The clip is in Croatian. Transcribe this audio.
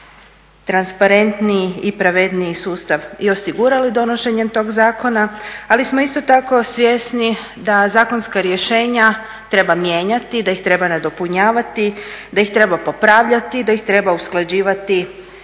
transparentniji i pravedniji sustav i osigurali donošenjem tog zakona ali smo isto tako svjesni da zakonska rješenja treba mijenjati, da ih treba nadopunjavati, da ih treba popravljati, da ih treba usklađivati